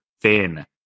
thin